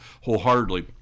wholeheartedly